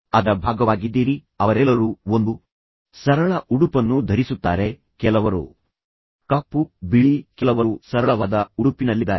ನೀವು ಅದರ ಭಾಗವಾಗಿದ್ದೀರಿ ಮತ್ತು ನಂತರ ಅವರೆಲ್ಲರೂ ಒಂದು ಉಡುಪನ್ನು ಧರಿಸುತ್ತಾರೆ ತುಂಬಾ ಸರಳ ಶಾಂತವಾದ ಬಣ್ಣ ಅವುಗಳಲ್ಲಿ ಕೆಲವರು ಕಪ್ಪು ಕೆಲವರು ಬಿಳಿ ಕೆಲವರು ತುಂಬಾ ಸರಳವಾದ ಉಡುಪಿನಲ್ಲಿದ್ದಾರೆ